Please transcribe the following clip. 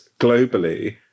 globally